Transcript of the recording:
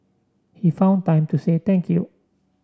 he found time to say thank you